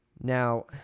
Now